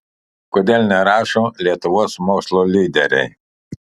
kodėl nerašo lietuvos mokslo lyderiai